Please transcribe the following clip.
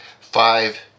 Five